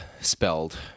spelled